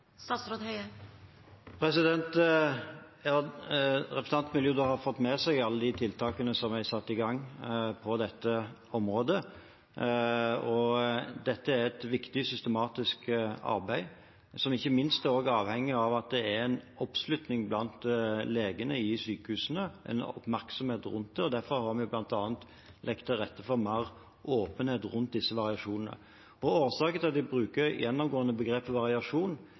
Representanten vil jo da ha fått med seg alle de tiltakene som er satt i gang på dette området. Dette er et viktig systematisk arbeid som ikke minst er avhengig av at det er en oppslutning blant legene i sykehusene – en oppmerksomhet rundt det. Derfor har vi bl.a. lagt til rette for mer åpenhet rundt disse variasjonene. Årsaken til at vi gjennomgående bruker